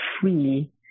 free